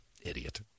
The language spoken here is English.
Idiot